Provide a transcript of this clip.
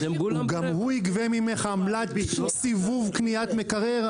גם הוא יגבה ממך עמלת סיבוב קניית מקרר?